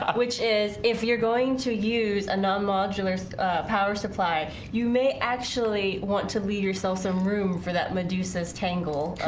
which is if you're going to use a non modular power supply you may actually want to leave yourself some room for that medusa's tangle